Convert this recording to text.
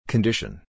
Condition